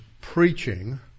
preaching